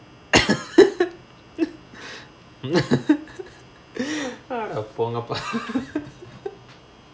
அட போங்கப்பா:ada pongappaa